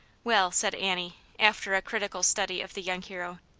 well, said annie, after a critical study of the young hero,